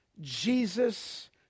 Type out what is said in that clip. Jesus